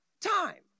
time